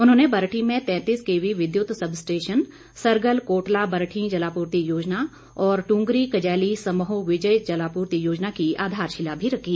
उन्होंने बरठी में उउकेवी विद्युत सबस्टेशन सरगल कोटला बरठी जलापूर्ति योजना और टूंगरी कजैली समौह विजय जलापूर्ति योजना की आधारशिला भी रखी